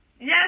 Yes